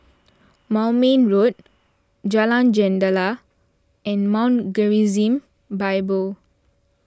Moulmein Road Jalan Jendela and Mount Gerizim Bible